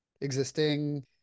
existing